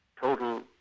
total